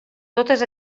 totes